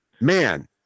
man